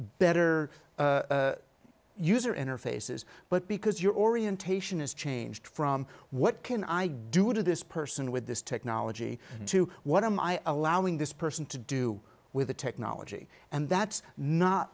better user interfaces but because your orientation is changed from what can i do to this person with this technology to what am i allowed this person to do with the technology and that's not